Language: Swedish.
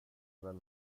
väl